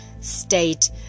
state